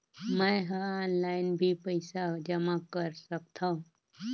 मैं ह ऑनलाइन भी पइसा जमा कर सकथौं?